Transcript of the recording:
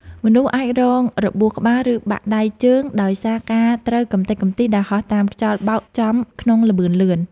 មនុស្សអាចរងរបួសក្បាល ឬបាក់ដៃជើងដោយសារការត្រូវកម្ទេចកំទីដែលហោះតាមខ្យល់បោកចំក្នុងល្បឿនលឿន។